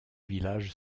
village